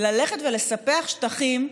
ללכת ולספח שטחים,